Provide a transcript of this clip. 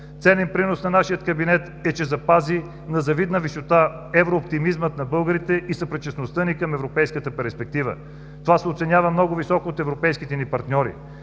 Ценен принос на нашия кабинет е, че запази на завидна висота еврооптимизма на българите и съпричастността ни към европейската перспектива. Това се оценява много високо от европейските ни партньори.